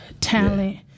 talent